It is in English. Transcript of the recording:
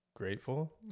Grateful